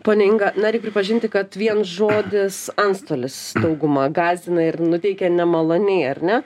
ponia inga na reik pripažinti kad vien žodis antstolis daugumą gąsdina ir nuteikia nemaloniai ar ne